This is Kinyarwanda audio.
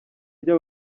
rya